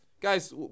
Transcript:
Guys